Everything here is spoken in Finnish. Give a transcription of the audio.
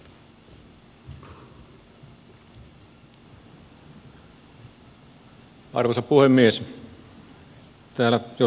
arvoisa puhemies